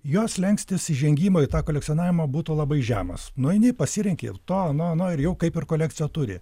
jo slenkstis įžengimo į tą kolekcionavimą būtų labai žemas nueini pasirenki to ano na ir jau kaip ir kolekciją turi